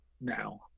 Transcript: now